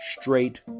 straight